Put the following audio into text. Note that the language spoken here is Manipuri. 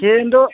ꯁꯦꯝꯗꯣ